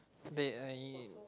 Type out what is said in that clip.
bed uh